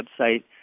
website